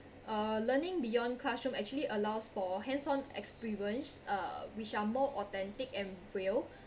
uh learning beyond classroom actually allows for hands on experience uh which are more authentic and real